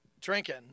drinking